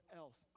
else